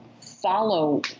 follow